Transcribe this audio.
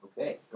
Okay